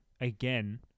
again